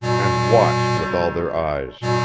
and watched with all their eyes.